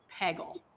Peggle